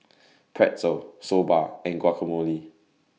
Pretzel Soba and Guacamole